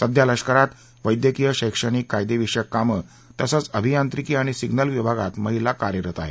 सध्या लष्करात वैद्यकीय शैक्षणिक कायदेविषयक कामं तसंच अभियांत्रिकी आणि सिग्नल विभागात महिला कार्यरत आहेत